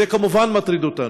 זה כמובן מטריד אותנו,